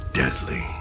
deadly